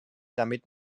damit